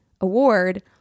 award